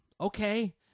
okay